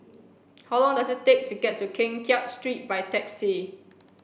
how long does it take to get to Keng Kiat Street by taxi